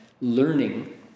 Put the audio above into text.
Learning